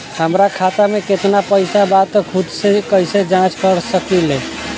हमार खाता में केतना पइसा बा त खुद से कइसे जाँच कर सकी ले?